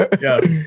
Yes